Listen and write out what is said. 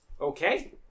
Okay